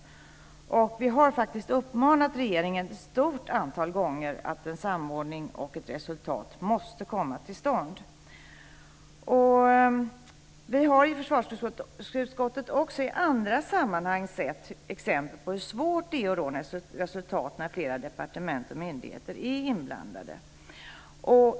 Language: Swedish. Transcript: Vi har faktiskt sagt till regeringen ett stort antal gånger att en samordning och ett resultat måste komma till stånd. Vi har i försvarsutskottet också i andra sammanhang sett exempel på hur svårt det är att nå resultat när flera departement och myndigheter är inblandade.